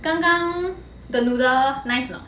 刚刚 the noodle nice or not